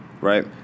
right